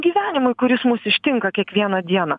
gyvenimui kuris mus ištinka kiekvieną dieną